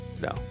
no